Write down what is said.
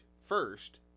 first